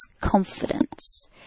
confidence